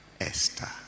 Esther